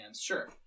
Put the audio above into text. Sure